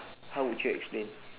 how would you explain